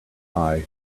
i—i